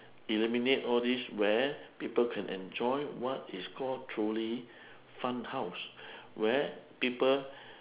eliminate all these where people can enjoy what is call truly fun house where people